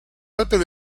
alpes